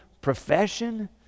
profession